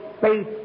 faith